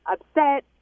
upset